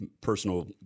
personal